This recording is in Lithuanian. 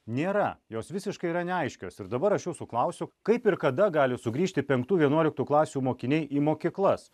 nėra jos visiškai yra neaiškios ir dabar aš jūsų klausiu kaip ir kada gali sugrįžti penktų vienuoliktų klasių mokiniai į mokyklas